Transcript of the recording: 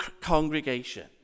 congregation